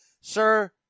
Sir